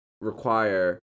require